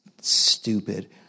stupid